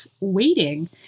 waiting